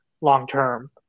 long-term